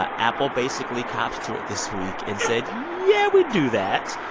ah apple basically cops to it this week and said, yeah, we do that.